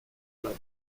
place